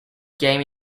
game